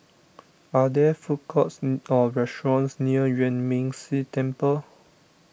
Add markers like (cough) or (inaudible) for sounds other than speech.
are there food courts (hesitation) or restaurants near Yuan Ming Si Temple